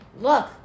look